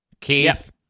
Keith